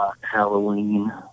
Halloween